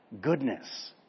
Goodness